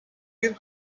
bir